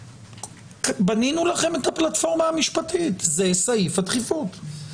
בנינו לכם את הפלטפורמה המשפטית, זה סעיף הדחיפות.